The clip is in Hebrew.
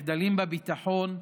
מחדלים בביטחון,